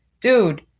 dude